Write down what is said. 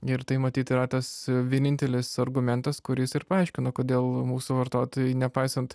ir tai matyt yra tas vienintelis argumentas kuris ir paaiškina kodėl mūsų vartotojai nepaisant